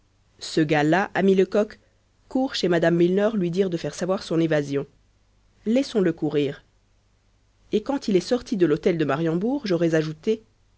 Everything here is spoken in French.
ce gars-là ami lecoq court chez mme milner lui dire de faire savoir son évasion laissons-le courir et quand il est sorti de l'hôtel de mariembourg j'aurais ajouté